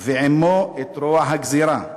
ועמו את רוע הגזירה.